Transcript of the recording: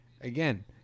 again